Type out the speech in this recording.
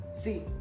See